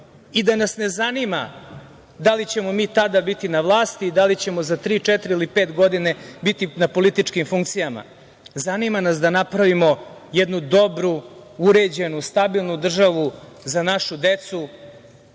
i da nas ne zanima da li ćemo mi tada biti na vlasti i da li ćemo za tri, četiri ili pet godina biti na političkim funkcijama. Zanima nas da napravimo jednu dobru, uređenu, stabilnu državu za našu decu,